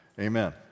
Amen